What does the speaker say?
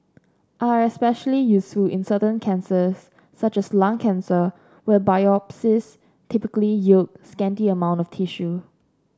are especially useful in certain cancers such as lung cancer where biopsies typically yield scanty amount of tissue